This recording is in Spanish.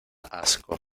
asco